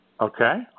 Okay